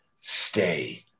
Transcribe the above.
Stay